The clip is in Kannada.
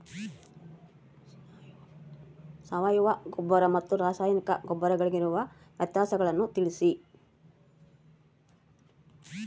ಸಾವಯವ ಗೊಬ್ಬರ ಮತ್ತು ರಾಸಾಯನಿಕ ಗೊಬ್ಬರಗಳಿಗಿರುವ ವ್ಯತ್ಯಾಸಗಳನ್ನು ತಿಳಿಸಿ?